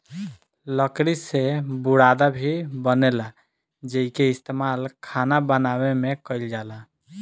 लकड़ी से बुरादा भी बनेला जेइके इस्तमाल खाना बनावे में कईल जाला